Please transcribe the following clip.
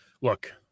look